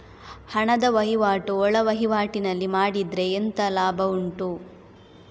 ಹಣದ ವಹಿವಾಟು ಒಳವಹಿವಾಟಿನಲ್ಲಿ ಮಾಡಿದ್ರೆ ಎಂತ ಲಾಭ ಉಂಟು?